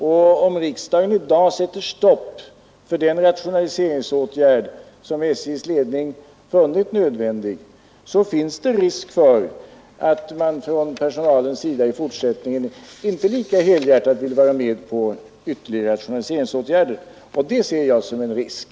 Och om riksdagen i dag sätter stopp för den rationaliseringsåtgärd som SJ:s ledning funnit nödvändig, finns det risk för att man från personalens sida i fortsättningen inte lika helhjärtat som hittills vill vara med om ytterligare rationaliseringsåtgärder. Det ser jag som en risk.